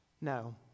No